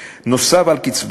נוסף על קצבה זו,